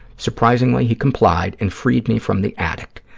surprisingly, he complied and freed me from the attic.